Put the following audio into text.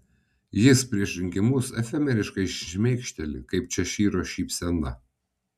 jis prieš rinkimus efemeriškai šmėkšteli kaip češyro šypsena